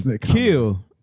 kill